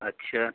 अच्छा